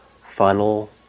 funnel